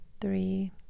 three